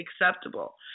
acceptable